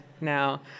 now